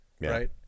right